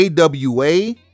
AWA